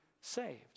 saved